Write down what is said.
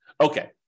Okay